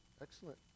excellent